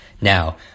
Now